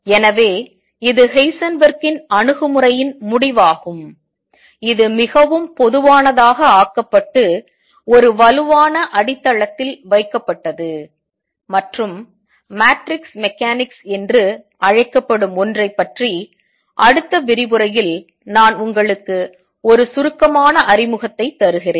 எனவே இது ஹெய்சன்பெர்க்கின் அணுகுமுறையின் முடிவாகும் இது மிகவும் பொதுவானதாக ஆக்கப்பட்டு ஒரு வலுவான அடித்தளத்தில் வைக்கப்பட்டது மற்றும் மேட்ரிக்ஸ் மெக்கானிக்ஸ் என்று அழைக்கப்படும் ஒன்றைப்பற்றி அடுத்த விரிவுரையில் நான் உங்களுக்கு ஒரு சுருக்கமான அறிமுகத்தை தருகிறேன்